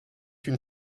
une